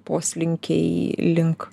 poslinkiai link